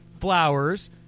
flowers